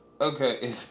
Okay